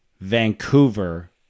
Vancouver